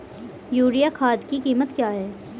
Urea खाद की कीमत क्या है?